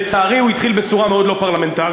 לצערי הוא התחיל בצורה מאוד לא פרלמנטרית,